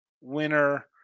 winner